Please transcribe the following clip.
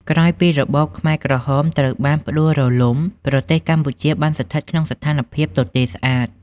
ក្រោយពីរបបខ្មែរក្រហមត្រូវបានផ្តួលរំលំ ប្រទេសកម្ពុជាបានស្ថិតក្នុងស្ថានភាពទទេស្អាត។